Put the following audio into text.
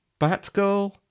Batgirl